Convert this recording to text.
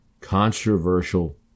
Controversial